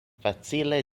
facile